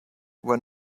were